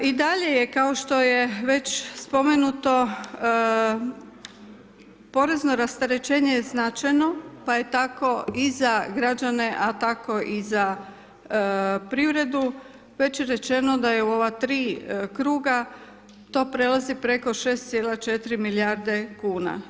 I dalje je kao što je već spomenuto, porezno rasterećenje je značajno, pa je tako i za građane a i tako i za privredu već je rečeno da je u ova tri kruga to prelazi preko 6,4 milijarde kuna.